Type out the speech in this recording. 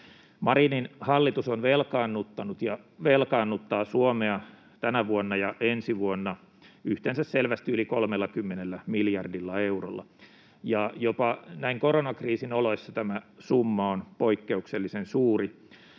Marinin hallitus on velkaannuttanut ja velkaannuttaa Suomea tänä vuonna ja ensi vuonna yhteensä selvästi yli 30 miljardilla eurolla. Jopa näin koronakriisin oloissa tämä summa on poikkeuksellisen suuri,